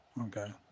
Okay